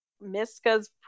Miska's